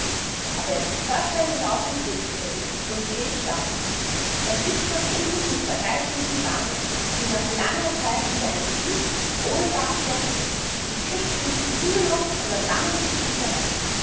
aber jetzt hört's endlich auf vom krieg zu reden sonst geh ich schlafn da sitzt man endlich mit zwei reizenden damen sieht nach langer zeit wieder ein g'sicht ohne bartstoppeln und ihr sprichts immer noch von der damischen schießerei